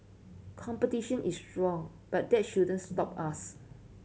competition is strong but that shouldn't stop us